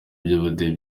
by’ubudehe